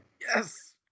Yes